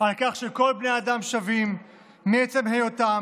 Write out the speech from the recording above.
על כך שכל בני האדם שווים מעצם היותם,